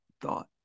thought